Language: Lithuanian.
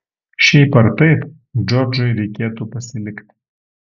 šiaip ar taip džordžui reikėtų pasilikti